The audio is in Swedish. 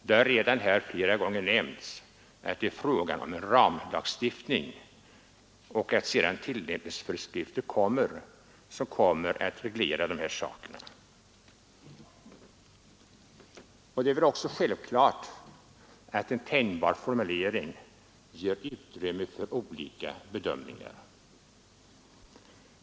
Det har redan nämnts flera gånger här att det är fråga om en ramlagstiftning och att tillämpningsföreskrifter sedan kommer att reglera de här sakerna. Självklart ger en tänjbar formulering utrymme för olika bedömningar.